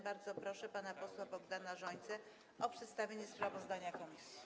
Bardzo proszę pana posła Bogdana Rzońcę o przedstawienie sprawozdania komisji.